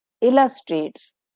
illustrates